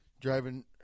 driving